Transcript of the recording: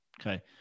Okay